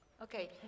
Okay